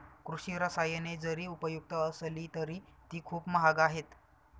कृषी रसायने जरी उपयुक्त असली तरी ती खूप महाग आहेत